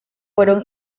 fueron